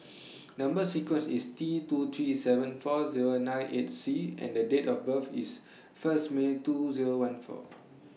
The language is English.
Number sequence IS T two three seven four Zero nine eight C and The Date of birth IS First May two Zero one four